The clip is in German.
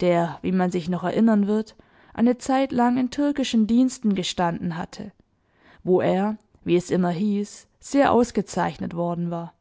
der wie man sich noch erinnern wird eine zeitlang in türkischen diensten gestanden hatte wo er wie es immer hieß sehr ausgezeichnet worden war